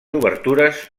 obertures